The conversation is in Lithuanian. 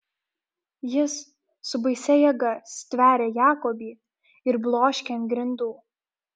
jis su baisia jėga stveria jakobį ir bloškia ant grindų